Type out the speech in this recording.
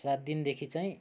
सात दिनदेखि चाहिँ